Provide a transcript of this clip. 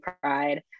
Pride